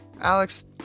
Alex